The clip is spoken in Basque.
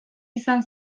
izan